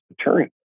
attorney